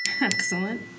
Excellent